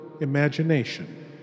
imagination